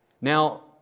Now